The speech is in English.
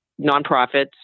nonprofits